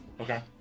Okay